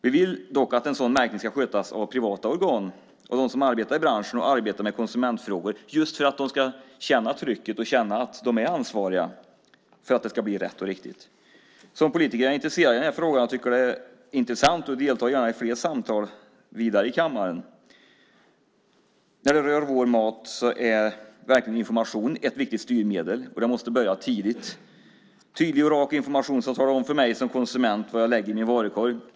Vi vill dock att en sådan märkning ska skötas av privata organ och av dem som arbetar i branschen och med konsumentfrågor just för att de ska känna trycket och känna att de är ansvariga för att det ska bli rätt och riktigt. Som politiker är jag intresserad av den här frågan. Jag tycker att det här är intressant, och jag deltar gärna i fler samtal vidare i kammaren. När det rör vår mat är information ett viktigt styrmedel. Och det måste börja tidigt. Det ska vara tydlig och rak information som talar om för mig som konsument vad jag lägger i min varukorg.